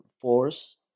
force